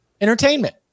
Entertainment